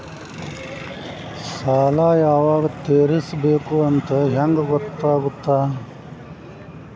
ಸಾಲ ಯಾವಾಗ ತೇರಿಸಬೇಕು ಅಂತ ಹೆಂಗ್ ಗೊತ್ತಾಗುತ್ತಾ?